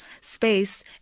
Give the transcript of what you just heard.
space